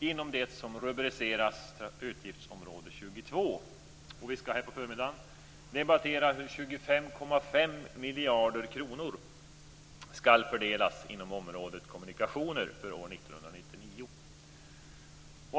inom det som rubriceras utgiftsområde 22. Vi skall här på förmiddagen debattera hur 25,5 miljarder kronor skall fördelas inom området kommunikationer för år 1999.